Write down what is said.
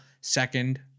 second